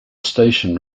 station